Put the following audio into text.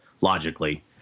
logically